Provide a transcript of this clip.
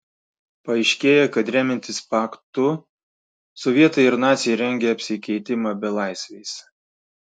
paaiškėja kad remiantis paktu sovietai ir naciai rengia apsikeitimą belaisviais